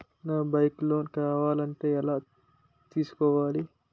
నాకు bike loan కావాలంటే ఎలా తీసుకోవాలి?